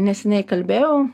neseniai kalbėjau